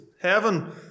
Heaven